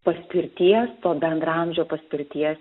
paspirties to bendraamžio paspirties